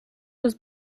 was